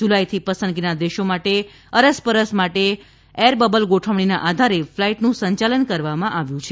જુલાઇથી પસંદગીના દેશો માટે અરસપરસ માટે એર બબલ ગોઠવણીના આધારે ફલાઇટનું સંચાલન કરવામાં આવ્યું છે